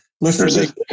listeners